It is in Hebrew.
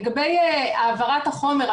לגבי העברת החומר,